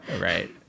Right